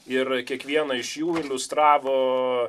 ir kiekvieną iš jų iliustravo